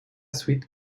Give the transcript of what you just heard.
suite